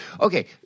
Okay